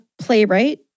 playwright